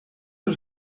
was